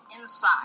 inside